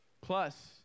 plus